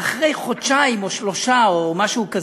אחרי חודשיים או שלושה או משהו כזה.